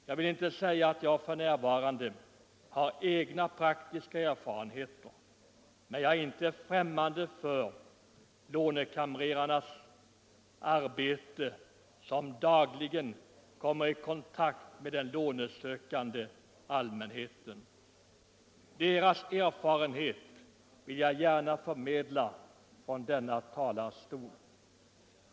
Jag vill inte säga att jag har egna praktiska erfarenheter av det, men jag är inte främmande för lånekamrerarnas arbete. Dessa tjänstemän kommer dagligen i kontakt med den lånesökande allmänheten, och deras erfarenhet vill jag nu vidarebefordra från denna talarstol.